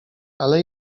ale